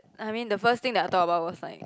I mean the first thing that I thought was like